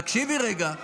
תקשיבי רגע.